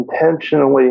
intentionally